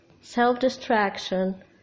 self-distraction